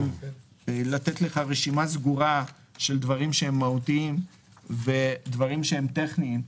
לתת לך רשימה סגורה של דברים שהם מהותיים ודברים שהם טכניים.